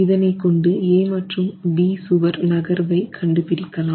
இதனை கொண்டு A மற்றும் B சுவர் நகர்வை கண்டுபிடிக்கலாம்